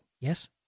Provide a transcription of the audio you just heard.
yes